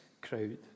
crowd